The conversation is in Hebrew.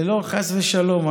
לא, חס ושלום.